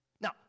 Now